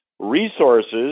Resources